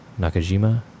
Nakajima